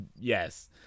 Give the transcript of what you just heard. Yes